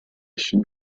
should